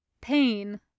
Pain